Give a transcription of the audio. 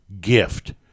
gift